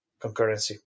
concurrency